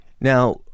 Now